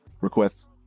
requests